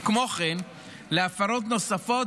וכן להפרות נוספות,